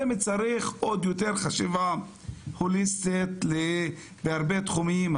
זה מצריך חשיבה הוליסטית בהרבה תחומים,